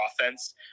offense